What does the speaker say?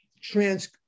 trans